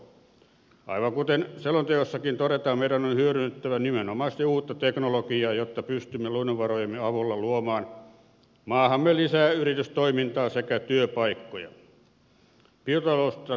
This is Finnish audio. aivan kuten selonteossakin todetaan meidän on hyödynnettävä nimenomaisesti uutta teknologiaa jotta pystymme luonnonvarojemme avulla luomaan maahamme lisää yritystoimintaa sekä työpaikkoja